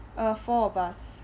uh four of us